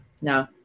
no